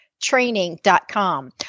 training.com